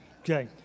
Okay